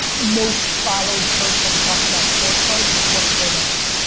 most followed person talking about sports cards in twenty four months.